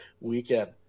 weekend